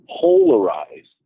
polarized